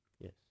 Yes